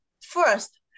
first